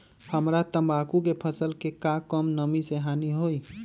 हमरा तंबाकू के फसल के का कम नमी से हानि होई?